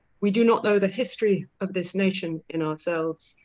we do not know the history of this nation in ourselves.